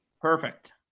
Perfect